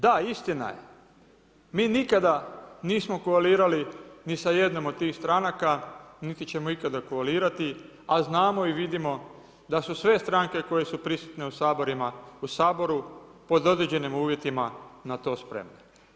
Da, istina je, mi nikada nismo koalirali ni sa jednom od tih stranaka niti ćemo ikada koalirati, a znamo i vidimo da su sve stranke koje su prisutne u Saboru pod određenim uvjetima na to spremne.